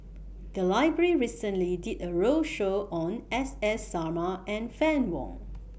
The Library recently did A roadshow on S S Sarma and Fann Wong